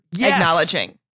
acknowledging